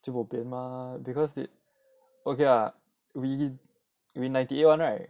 就 bo pian mah because they okay ah we we ninety eight one right